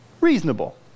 reasonable